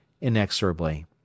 inexorably